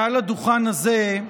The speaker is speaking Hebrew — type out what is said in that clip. מעל הדוכן הזה,